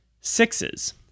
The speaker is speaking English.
Sixes